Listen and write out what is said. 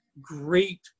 great